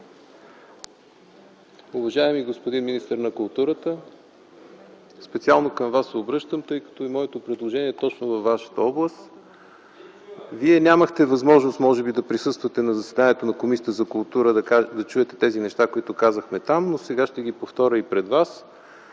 Уважаеми господин министър на културата, специално към Вас се обръщам, тъй като моето предложение е точно във Вашата област. Вие нямахте възможност може би да присъствате на заседанието на Комисията по културата и да чуете тези неща, които казахме там, но сега ще ги повторя и пред Вас,